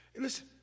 Listen